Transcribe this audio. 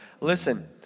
Listen